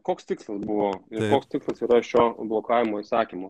koks tikslas buvo koks tikslas yra šio blokavimo įsakymo